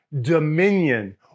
dominion